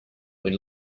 when